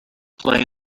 play